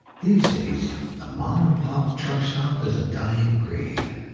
these days, the mom and pop truck stop is a dying breed.